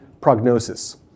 prognosis